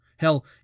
Hell